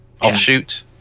offshoot